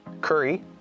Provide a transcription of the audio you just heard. curry